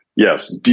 Yes